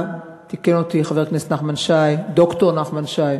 תיקן אותי חבר הכנסת נחמן שי, ד"ר נחמן שי,